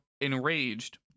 enraged